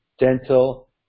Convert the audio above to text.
dental